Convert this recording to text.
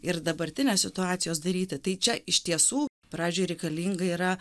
ir dabartinės situacijos daryti tai čia iš tiesų pradžiai reikalinga yra